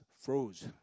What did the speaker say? froze